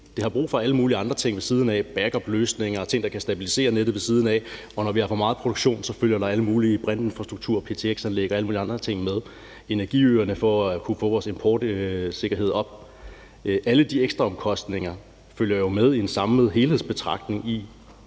Det har brug for alle mulige andre ting ved siden af: backupløsninger og ting, der kan stabilisere nettet ved siden af. Og når vi har for meget produktion, følger der alle mulige brintinfrastrukturer og ptx-anlæg og alle mulige andre ting med – og energiøerne for at kunne få vores importsikkerhed op. Alle de ekstraomkostninger følger jo med i en samlet helhedsbetragtning i